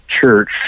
church